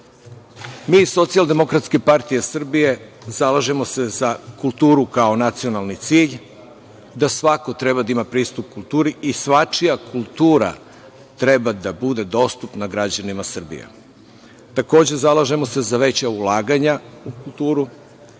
nasleđa. Mi iz SDPS zalažemo se za kulturu kao nacionalni cilj, da svako treba da ima pristup kulturi i svačija kultura treba da bude dostupna građanima Srbije. Takođe, zalažemo se za veća ulaganja u kulturu,